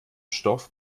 stoff